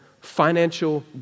financial